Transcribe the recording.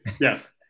yes